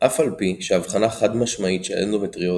אף על פי שאבחנה חד משמעית של אנדומטריוזיס